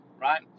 right